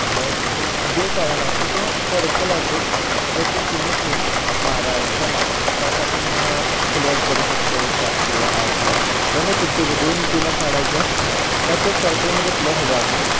खेळायचं असतं एक बिळ पाडावं लागतं किंवा सर्कल आखून त्यात ते चिनी ठेवून मारायला लागतं ला मग त्यात आपण प्लेयर करू शकतो चार प्लेयर आठ प्लेयर याने कितीबी दोन टीमा पाडायच्या त्यात एक सर्कलमध्ये प्लेयर उभा राहणार